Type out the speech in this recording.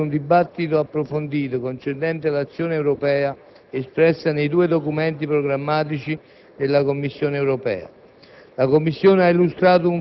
predisposta a seguito di un dibattito approfondito concernente l'azione europea espressa nei due documenti programmatici della Commissione europea.